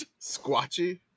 squatchy